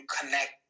Connect